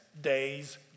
day's